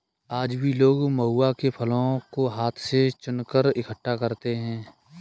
आज भी लोग महुआ के फलों को हाथ से चुनकर इकठ्ठा करते हैं